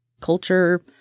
culture